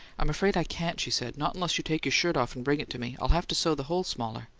i'm afraid i can't, she said. not unless you take your shirt off and bring it to me. i'll have to sew the hole smaller.